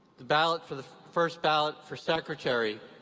the ballot for the first ballot for secretary,